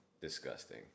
disgusting